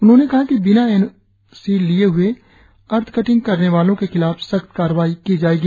उन्होंने कहा कि बिना एन ओ सी लिए हुए आर्थ काटिंग करने वाले लोगो के खिलाफ सख्त कार्रवाई की जाएगी